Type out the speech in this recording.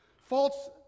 false